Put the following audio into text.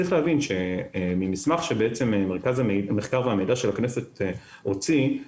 ממסמך שמרכז המחקר והמידע של הכנסת הוציא,